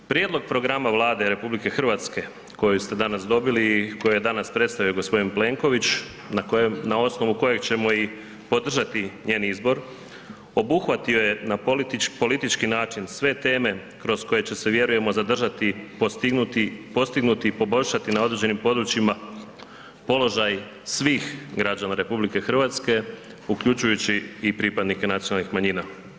Prijedlog programa Vlade RH koji ste danas dobili i koji je danas predstavio g. Plenković na kojem, na osnovi kojeg ćemo i podržati njen izbor, obuhvatio je na politički način sve teme kroz koje će se, vjerujemo, zadržati, postignuti i poboljšati na određenim područjima, položaj svih građana RH uključujući i pripadnike nacionalnih manjina.